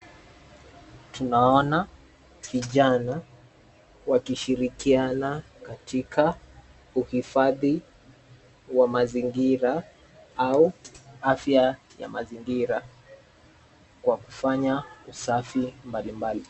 Tunaona vijana wakishirikiana katika uhifadhi wa mazingira au afya ya mazingira, kwa kufanya usafi mbali mbali.